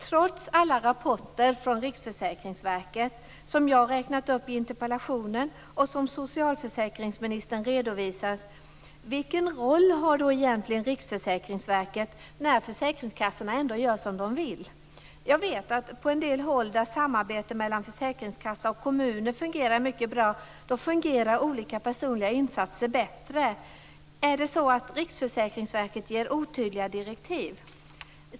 Trots alla rapporter från RSV som jag har räknat upp i interpellationen och som socialförsäkringsministern har redovisat för undrar jag följande. Vilken roll har Riksförsäkringsverket när försäkringskassorna ändå gör som de vill? Jag vet att på en del håll där samarbetet mellan försäkringskassa och kommuner fungerar mycket bra fungerar också olika personliga insatser bättre. Ger Riksförsäkringsverket otydliga direktiv?